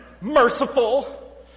merciful